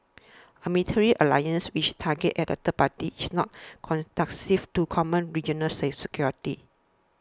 a military alliance which is targeted at a third party is not conducive to common regional security